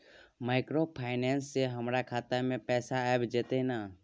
Microfinance से हमारा खाता में पैसा आबय जेतै न?